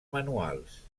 manuals